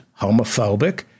homophobic